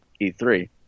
E3